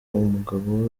umugabo